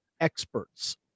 experts